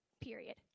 period